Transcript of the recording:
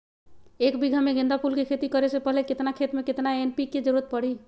एक बीघा में गेंदा फूल के खेती करे से पहले केतना खेत में केतना एन.पी.के के जरूरत परी?